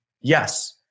Yes